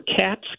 cats